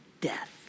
Death